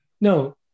No